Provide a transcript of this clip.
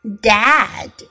dad